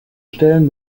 stellen